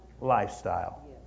lifestyle